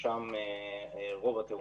ששם רוב התאונות.